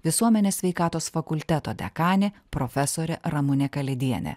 visuomenės sveikatos fakulteto dekanė profesorė ramunė kalėdienė